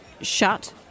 shut